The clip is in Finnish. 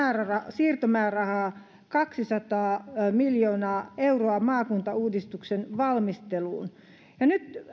siirtomäärärahaa kaksisataa miljoonaa euroa maakuntauudistuksen valmisteluun ja nyt